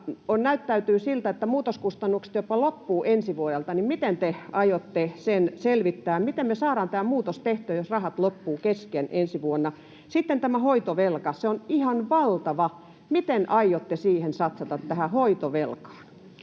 näyttäytyy siltä, että muutoskustannusrahat jopa loppuvat ensi vuodelta, niin miten te aiotte sen selvittää. Miten me saadaan tämä muutos tehtyä, jos rahat loppuvat kesken ensi vuonna? Sitten tämä hoitovelka. Se on ihan valtava. Miten aiotte satsata tähän hoitovelkaan?